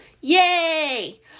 Yay